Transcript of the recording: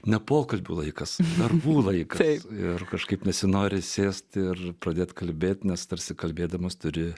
ne pokalbių laikas darbų laikai ir kažkaip nesinori sėsti ir pradėti kalbėti nes tarsi kalbėdamas turi